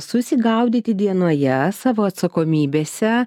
susigaudyti dienoje savo atsakomybėse